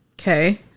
Okay